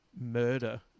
murder